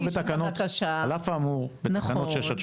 אבל עדיין כתוב שעל מנת להגיש את הבקשה --- על אף האמור בתקנות 6-8,